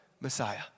Messiah